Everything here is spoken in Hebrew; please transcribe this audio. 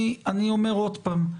אני אומר עוד פעם,